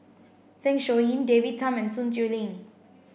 Zeng Shouyin David Tham and Sun Xueling